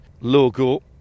logo